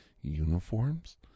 uniforms